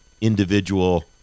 individual